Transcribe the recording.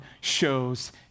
shows